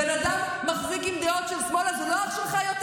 בן אדם מחזיק בדעות של שמאל אז הוא לא אח שלך יותר?